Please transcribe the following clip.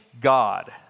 God